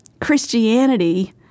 Christianity